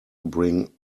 bring